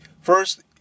first